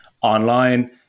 online